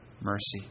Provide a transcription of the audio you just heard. mercy